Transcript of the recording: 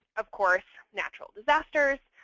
of course, natural disasters,